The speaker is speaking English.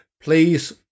please